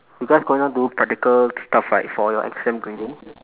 because going on do practical stuff right for your exam grading